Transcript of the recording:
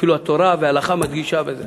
אפילו התורה וההלכה מדגישות את זה,